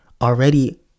already